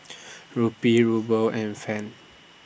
Rupee Ruble and Franc